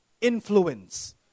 influence